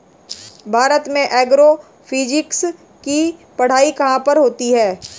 भारत में एग्रोफिजिक्स की पढ़ाई कहाँ पर होती है?